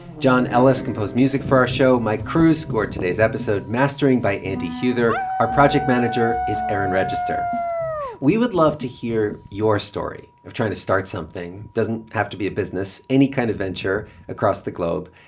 john ellis composed music for our show. mike cruz scored today's episode, mastering by andy huether. our project manager is aaron register we would love to hear your story of trying to start something doesn't have to be a business, any kind of venture across the globe.